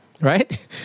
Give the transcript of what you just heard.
Right